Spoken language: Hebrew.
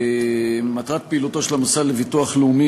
מטרת הפעילות של המוסד לביטוח לאומי